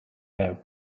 that